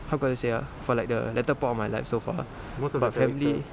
how could I say ah for like the latter part of my life so far but family